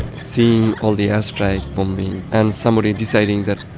seeing all the airstrike bombing and somebody deciding that